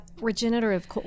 regenerative